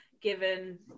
given